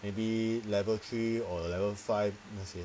maybe level three or level five 那些